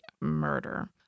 murder